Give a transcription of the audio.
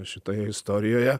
šitoje istorijoje